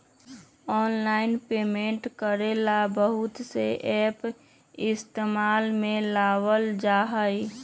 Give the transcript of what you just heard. online payment करे ला बहुत से एप इस्तेमाल में लावल जा हई